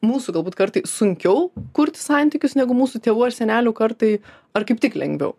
mūsų galbūt kartais sunkiau kurti santykius negu mūsų tėvų ar senelių kartai ar kaip tik lengviau